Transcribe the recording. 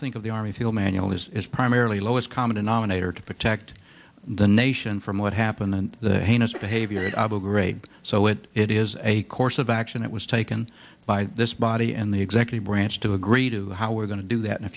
think of the army field manual is primarily lowest common denominator to protect the nation from what happened in the heinous behavior at abu ghraib so it it is a course of action that was taken by this body and the executive branch to agree to how we're going to do that in